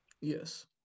Yes